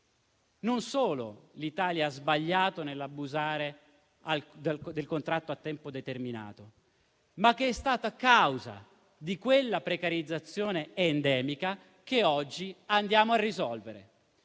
non solo l'Italia ha sbagliato nell'abusare del contratto a tempo determinato, ma è stata causa di quella precarizzazione endemica che oggi andiamo a risolvere.